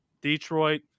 Detroit